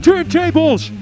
Turntables